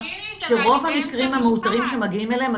שרוב המקרים המאותרים שמגיעים אליהם,